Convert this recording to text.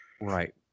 Right